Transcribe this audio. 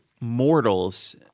mortals